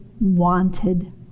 wanted